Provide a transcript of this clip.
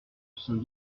soixante